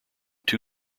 two